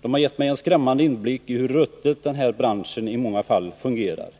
De har gett mig en skrämmande inblick i hur ruttet den här branschen i många fall fungerar.